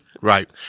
Right